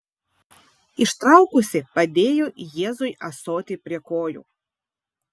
ištraukusi padėjo jėzui ąsotį prie kojų